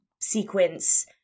sequence